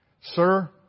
Sir